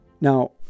Now